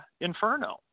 Inferno